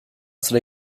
sıra